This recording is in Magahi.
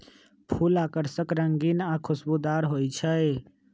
फूल आकर्षक रंगीन आ खुशबूदार हो ईछई